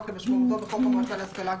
כמשמעות בחוק המועצה להשכלה גבוהה.